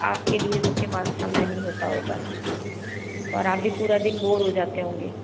आपके लिए सबके पास समय नहीं होता होगा और आप भी पूरा दिन बोर हो जाते होंगे